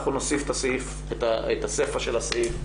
אנחנו נוסיף את הסיפה של הסעיף,